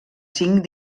cinc